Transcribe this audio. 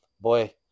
boy –